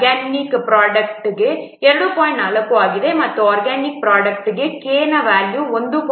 4 ಆಗಿದೆ ಮತ್ತು ಆರ್ಗ್ಯಾನಿಕ್ ಪ್ರೊಡಕ್ಟ್ಗೆ k ನ ವ್ಯಾಲ್ಯೂ 1